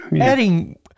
adding